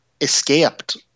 escaped